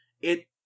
It-